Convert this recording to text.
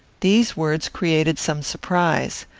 these words created some surprise.